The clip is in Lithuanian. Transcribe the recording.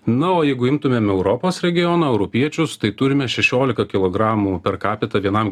na o jeigu imtumėm europos regioną europiečius tai turime šešiolika kilogramų per kapita vienam